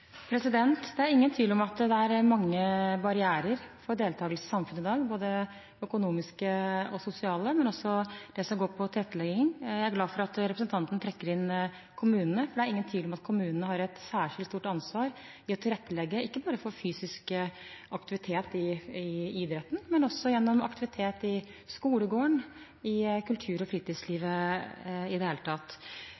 Det er ingen tvil om at det er mange barrierer for deltakelse i samfunnet i dag, både økonomiske og sosiale og også det som går på tilrettelegging. Jeg er glad for at representanten trekker inn kommunene, for det er ingen tvil om at kommunene har et særskilt stort ansvar når det gjelder å tilrettelegge, ikke bare for fysisk aktivitet i idretten, men også gjennom aktivitet i skolegården og i kultur- og